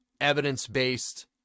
evidence-based